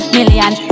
Million